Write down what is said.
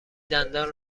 دندان